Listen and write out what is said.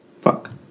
Fuck